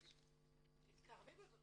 ראש תחום משפחות